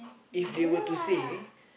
if they were to say